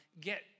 get